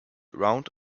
round